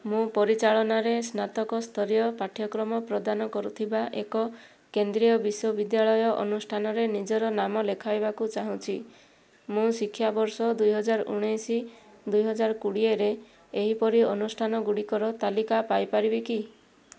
ମୁଁ ପରିଚାଳନାରେ ସ୍ନାତକ ସ୍ତରୀୟ ପାଠ୍ୟକ୍ରମ ପ୍ରଦାନ କରୁଥିବା ଏକ କେନ୍ଦ୍ରୀୟ ବିଶ୍ୱବିଦ୍ୟାଳୟ ଅନୁଷ୍ଠାନରେ ନିଜର ନାମ ଲେଖାଇବାକୁ ଚାହୁଁଛି ମୁଁ ଶିକ୍ଷାବର୍ଷ ଦୁଇହଜାର ଉଣେଇଶ ଦୁଇହଜାର କୋଡ଼ିଏରେ ଏହିପରି ଅନୁଷ୍ଠାନ ଗୁଡ଼ିକର ତାଲିକା ପାଇପାରିବି କି